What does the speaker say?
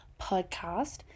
podcast